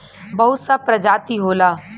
बहुत सा प्रजाति होला